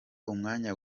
umwanya